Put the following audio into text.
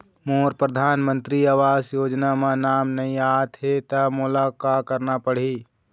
मोर परधानमंतरी आवास योजना म नाम नई आत हे त मोला का करना पड़ही?